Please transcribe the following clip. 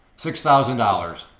six thousand dollars.